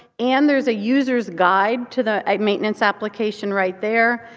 and there's a user's guide to the maintenance application right there.